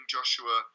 Joshua